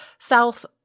south